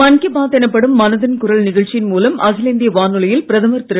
மன் கீ பாத் எனப்படும் மனதின் குரல் நிகழ்ச்சியின் மூலம் அகில இந்திய வானாலியில் பிரதமர் திரு